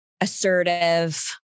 assertive